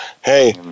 Hey